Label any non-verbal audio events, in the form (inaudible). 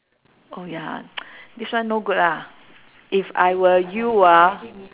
oh ya (noise) this one no good ah if I were you ah